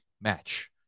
match